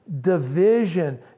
division